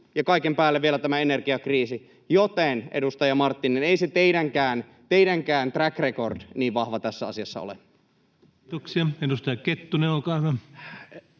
Ja kaiken päälle vielä tämä energiakriisi. Joten, edustaja Marttinen, ei se teidänkään track record niin vahva tässä asiassa ole. [Speech 735] Speaker: